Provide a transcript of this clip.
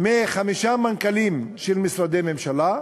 מחמישה מנכ"לים של משרדי ממשלה,